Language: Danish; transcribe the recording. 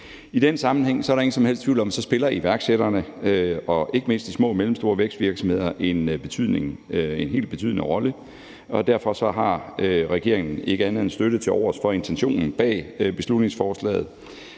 I den sammenhæng er der ingen som helst tvivl om, at iværksætterne og ikke mindst de små og mellemstore vækstvirksomheder spiller en helt betydende rolle, og derfor har regeringen ikke andet end støtte tilovers for intentionen bag beslutningsforslaget.